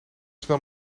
snel